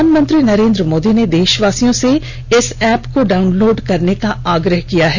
प्रधानमंत्री नरेन्द्र मोदी ने देषवासियों से इस एप्प को डाउनलोड करने का आग्रह किया है